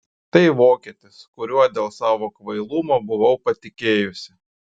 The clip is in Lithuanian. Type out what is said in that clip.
tai vokietis kuriuo dėl savo kvailumo buvau patikėjusi